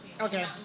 Okay